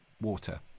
water